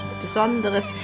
Besonderes